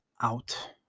out